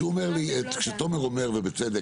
שתומר אומר לי בצדק,